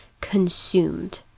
consumed